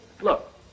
Look